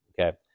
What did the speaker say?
okay